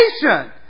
patient